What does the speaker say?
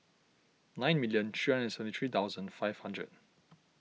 nine million three hundred and seventy three thousand five hundred